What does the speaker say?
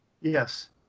Yes